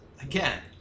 Again